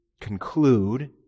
conclude